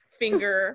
finger